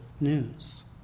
news